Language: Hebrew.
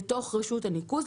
לתוך רשות הניקוז,